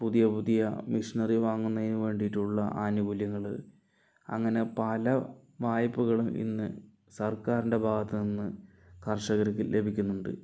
പുതിയ പുതിയ മെഷിനറി വാങ്ങുന്നതിന് വേണ്ടിയിട്ടുള്ള ആനുകൂല്യങ്ങൾ അങ്ങനെ പല വായ്പകളും ഇന്ന് സർക്കാരിൻ്റെ ഭാഗത്ത് നിന്ന് കർഷകർക്ക് ലഭിക്കുന്നുണ്ട്